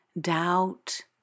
doubt